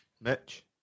Mitch